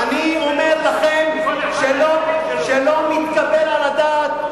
ואני אומר לכם שלא מתקבל על הדעת,